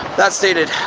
that stated,